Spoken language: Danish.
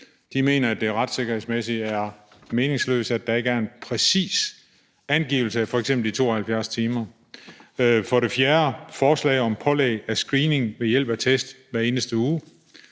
de mener, at det retssikkerhedsmæssigt er meningsløst, at der ikke er en præcis angivelse på f.eks. de 72 timer; for det fjerde et forslag om pålæg af screening ved hjælp af test hver eneste uge.